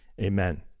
Amen